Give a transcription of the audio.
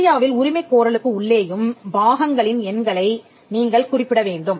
இந்தியாவில் உரிமைக் கோரலுக்கு உள்ளேயும் பாகங்களின் எண்களை நீங்கள் குறிப்பிட வேண்டும்